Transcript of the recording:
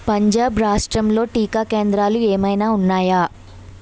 పంజాబ్ రాష్ట్రంలో టీకా కేంద్రాలు ఏమైనా ఉన్నాయా